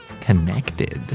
connected